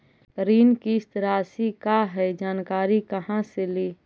ऋण किस्त रासि का हई जानकारी कहाँ से ली?